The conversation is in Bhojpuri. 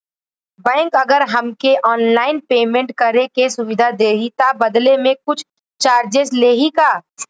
बैंक अगर हमके ऑनलाइन पेयमेंट करे के सुविधा देही त बदले में कुछ चार्जेस लेही का?